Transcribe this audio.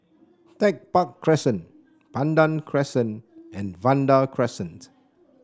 Tech Park Crescent Pandan Crescent and Vanda Crescent